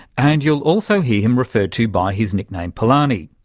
and you'll also hear him referred to by his nickname, palani.